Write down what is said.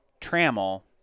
Trammel